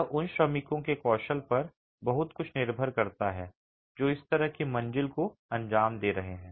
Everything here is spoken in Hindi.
यह उन श्रमिकों के कौशल पर बहुत कुछ निर्भर करता है जो इस तरह की मंजिल को अंजाम दे रहे हैं